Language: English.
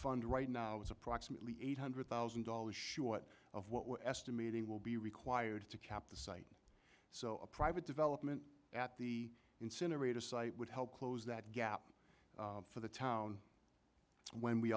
fund right now is approximately eight hundred thousand dollars short of what we're estimating will be required to cap the site so a private development at the incinerator site would help close that gap for the town when we